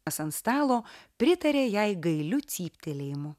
kas ant stalo pritarė jai gailiu cyptelėjimu